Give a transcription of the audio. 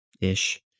ish